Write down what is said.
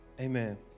Amen